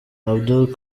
abdul